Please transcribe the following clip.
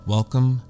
Welcome